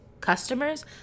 customers